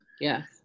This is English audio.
yes